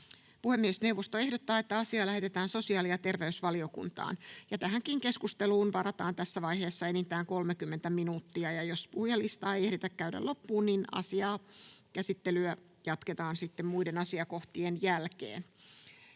Puhemiesneuvosto ehdottaa, että asia lähetetään sosiaali- ja terveysvaliokuntaan. Tähänkin keskusteluun varataan tässä vaiheessa enintään 30 minuuttia, ja jos puhujalistaa ei ehditä käydä loppuun, asian käsittelyä jatketaan sitten muiden asiakohtien jälkeen.